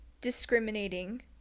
discriminating